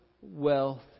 wealth